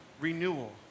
renewal